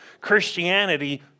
Christianity